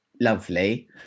lovely